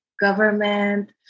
government